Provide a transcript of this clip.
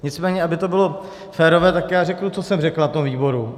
Nicméně aby to bylo férové, tak řeknu, co jsem řekl na tom výboru.